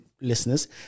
listeners